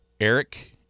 Eric